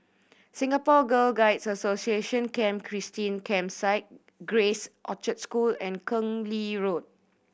Singapore Girl Guide Association Camp Christine Campsite Grace Orchard School and Keng Lee Road